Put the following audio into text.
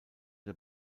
der